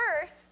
first